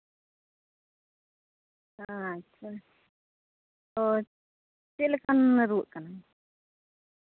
ᱟᱪᱪᱷᱟ ᱛᱳ ᱪᱮᱫ ᱞᱮᱠᱟᱭ ᱨᱩᱣᱟᱹᱜ ᱠᱟᱱᱟ